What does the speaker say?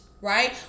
Right